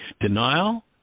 Denial